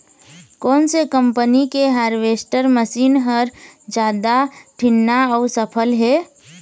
कोन से कम्पनी के हारवेस्टर मशीन हर जादा ठीन्ना अऊ सफल हे?